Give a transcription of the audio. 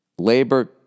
labor